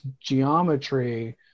geometry